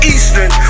Eastern